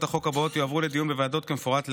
החוק הבאות יועברו לדיון בוועדות כמפורט להלן.